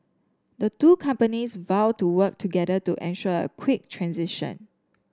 the two companies vowed to work together to ensure a quick transition